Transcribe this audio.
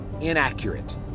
inaccurate